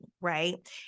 right